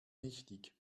nichtig